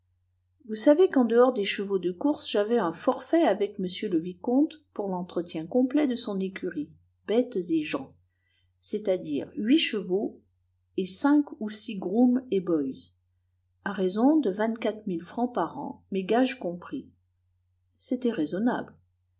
vous savez qu'en dehors des chevaux de course j'avais un forfait avec m le vicomte pour l'entretien complet de son écurie bêtes et gens c'est-à-dire huit chevaux et cinq ou six grooms et boys à raison de vingt-quatre mille francs par an mes gages compris c'était raisonnable